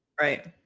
Right